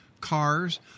cars